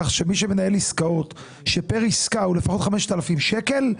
שמנהל עסקאות כאשר פר עסקה הסכום הוא לפחות 5,000 שקלים,